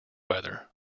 weather